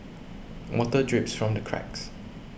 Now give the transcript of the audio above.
water drips from the cracks